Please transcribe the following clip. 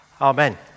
Amen